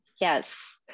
Yes